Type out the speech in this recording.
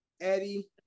Eddie